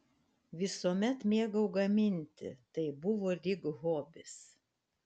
visuomet mėgau gaminti tai buvo lyg hobis